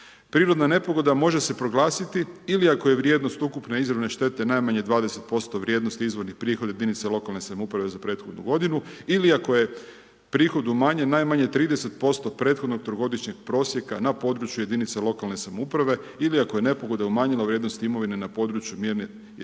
Prirodna nepogoda može se proglasiti ili ako je vrijednost ukupne izravne štete najmanje 20% vrijednosti izvornih prihoda jedinice lokalne samouprave za prethodnu g. ili ako je prihod umanjen najmanje 30% prethodno trogodišnjeg prosjeka, na području jedinice lokalne samouprave ili ako je nepogoda umanjena u vrijednosti imovine na području jedinice